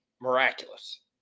Miraculous